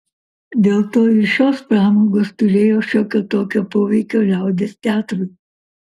dėl to ir šios pramogos turėjo šiokio tokio poveikio liaudies teatrui